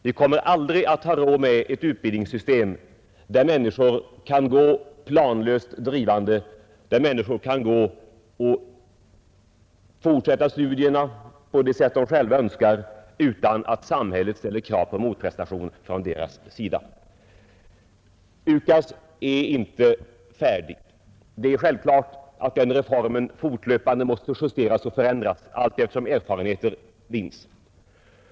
Vi kommer aldrig att ha råd med ett utbildningssystem där människor kan gå planlöst drivande, där människor kan få fortsätta studierna på det sätt som de själva önskar, utan att samhället ställer krav på motprestation från deras sida. UKAS är inte färdigt. Det är självklart att den reformen fortlöpande måste justeras och förändras allteftersom erfarenheter vinns. De myndigheter som har till uppgift att sköta det här gör det också, och sedermera kanske riksdagen i sin tur får ta ställning till nya förslag. Vi kommer alltid att få den här debatten, och vi kommer säkerligen aldrig att vara nöjda med vårt utbildningsväsende.